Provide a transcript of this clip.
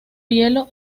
hielo